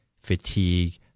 fatigue